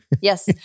Yes